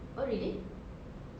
oh really